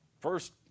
First